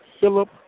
Philip